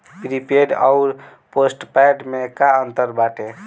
Prepaid अउर postpaid में का अंतर बाटे?